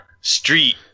Street